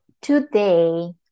today